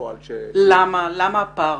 עיצומים --- למה הפער?